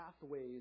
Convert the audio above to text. pathways